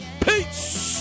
peace